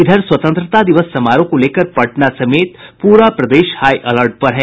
इधर स्वतंत्रता दिवस समारोह को लेकर पटना समेत पूरा प्रदेश हाई अलर्ट पर है